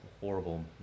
horrible